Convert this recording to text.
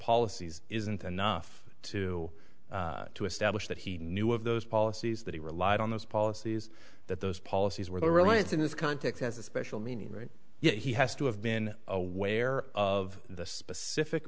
policies isn't enough to establish that he knew of those policies that he relied on those policies that those policies were the reliance in this context has a special meaning right he has to have been aware of the specific